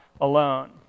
alone